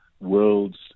world's